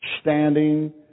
standing